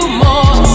more